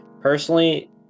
personally